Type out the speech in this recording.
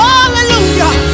Hallelujah